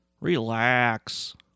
Relax